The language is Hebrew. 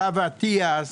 הרב אטיאס,